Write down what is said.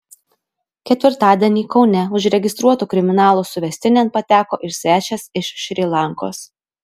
ketvirtadienį kaune užregistruotų kriminalų suvestinėn pateko ir svečias iš šri lankos